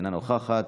אינה נוכחת.